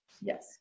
yes